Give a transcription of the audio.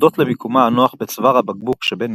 הודות למיקומה הנוח בצוואר הבקבוק שבין